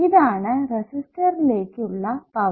ഇതാണ് റെസിസ്റ്ററിലേക്ക് ഉള്ള പവർ